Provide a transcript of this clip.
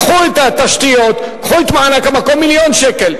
קחו את התשתיות, קחו את מענק המקום, מיליון שקל.